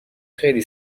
خیلی